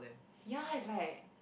ya it's like